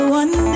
one